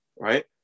right